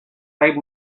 rey